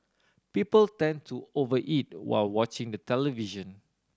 people tend to over eat while watching the television